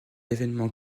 événement